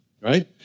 right